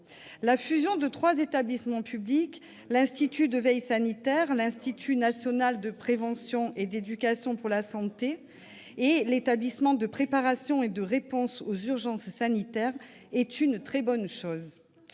La fusion de l'Institut de veille sanitaire, de l'Institut national de prévention et d'éducation pour la santé et de l'Établissement de préparation et de réponse aux urgences sanitaires est une très bonne chose.